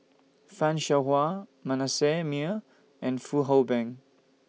fan Shao Hua Manasseh Meyer and Fong Hoe Beng